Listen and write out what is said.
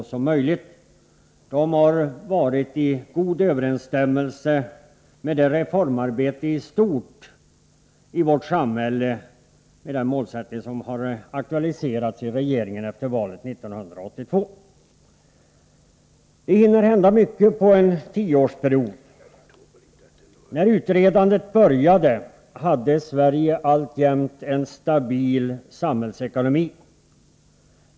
Dessa målsättningar har i stort varit i god överensstämmelse med det reformarbete i vårt samhälle som har aktualiserats av regeringen efter valet 1982. Det hinner hända mycket på en tioårsperiod. När utredandet började hade Sverige alltjämt en stabil samhällsekonomi.